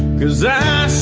gazette's